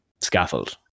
scaffold